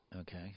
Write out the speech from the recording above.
Okay